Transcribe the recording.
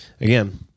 Again